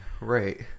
Right